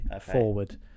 forward